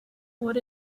what